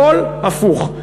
הכול הפוך.